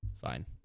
Fine